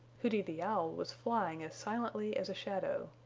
hooty the owl was flying as silently as a shadow.